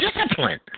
discipline